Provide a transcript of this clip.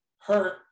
hurt